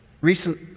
Recent